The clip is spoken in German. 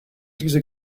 diese